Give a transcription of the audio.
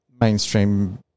mainstream